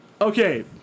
Okay